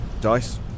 Dice